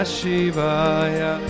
Shivaya